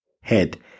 head